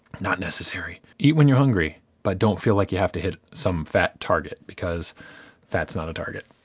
not necessary. eat when you're hungry, but don't feel like you have to hit some fat target, because that's not a target.